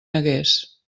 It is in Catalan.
hagués